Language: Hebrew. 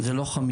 זה לא 50,000,